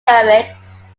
poets